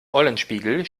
eulenspiegel